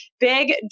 Big